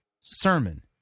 sermon